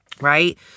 Right